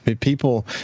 People